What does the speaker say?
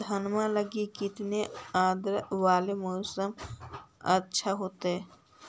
धनमा लगी केतना आद्रता वाला मौसम अच्छा होतई?